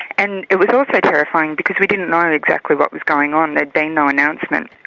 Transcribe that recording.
and it was also terrifying because we didn't know and exactly what was going on, there'd been no announcement.